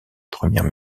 première